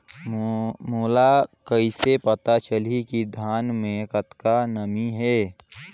मोला कइसे पता चलही की धान मे कतका नमी हे?